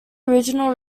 original